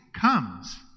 comes